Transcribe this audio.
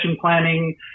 planning